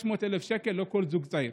600,000 שקל לכל זוג צעיר.